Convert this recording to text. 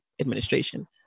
administration